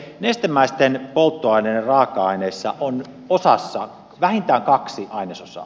nestemäisten polttoaineiden raaka aineissa on osassa vähintään kaksi ainesosaa